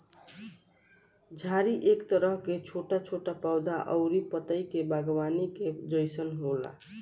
झाड़ी एक तरह के छोट छोट पौधा अउरी पतई के बागवानी के जइसन होला